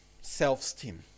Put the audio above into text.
self-esteem